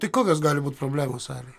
tai kokios gali būt problemos salėj